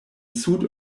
sud